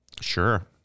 Sure